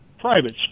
privates